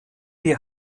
die